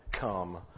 come